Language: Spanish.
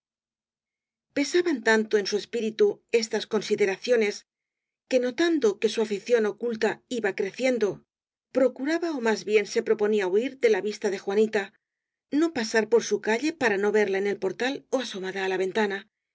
pesaban tanto en su espíritu estas consideracio nes que notando que su afición oculta iba cre ciendo procuraba ó más bien se proponía huir de la vista de juanita no pasar por su calle para no verla en el portal ó asomada á la ventana